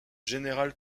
général